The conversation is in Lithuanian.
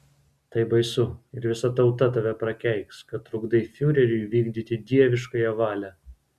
tai baisu ir visa tauta tave prakeiks kad trukdai fiureriui vykdyti dieviškąją valią